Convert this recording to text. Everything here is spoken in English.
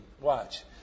Watch